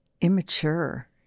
immature